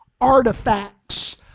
artifacts